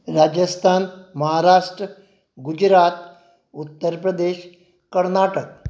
Rajasthan Maharashtra Gujarat Uttar Pradesh Karnataka